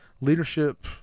leadership